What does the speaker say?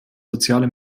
soziale